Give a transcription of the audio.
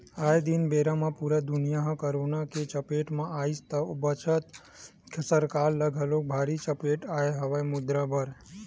आये दिन बेरा म पुरा दुनिया ह करोना के चपेट म आइस त ओ बखत सरकार ल घलोक भारी चपेट आय हवय मुद्रा बर